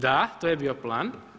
Da, to je bio plan.